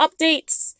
updates